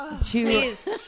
Please